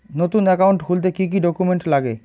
নতুন একাউন্ট খুলতে কি কি ডকুমেন্ট লাগে?